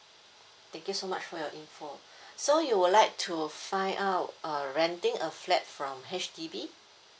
thank you so much for your info so you would like to find out uh renting a flat from H_D_B